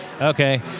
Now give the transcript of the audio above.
Okay